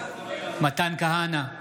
מתן כהנא,